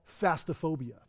fastophobia